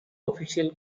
official